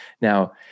Now